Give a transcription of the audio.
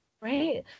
right